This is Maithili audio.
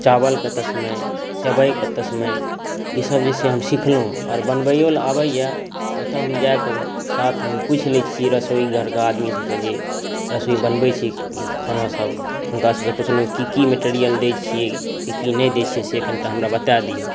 चावलके तस्मै सेबैके तस्मै ई सब जे हम सिखलहुँ आर बनबैयो लए आबैया ओतऽ हम जाकऽ सात हम पुछि लैत छियै रसोइघरके आदमी सबके जे रसोइ बनबै छै खाना सब हुनका सबसँ पुछलहुँ की की मटेरियल दै छियै की की नहि दै छियै से कने हमरा बता दिअ